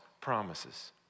promises